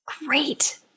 Great